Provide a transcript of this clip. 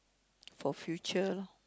for future lor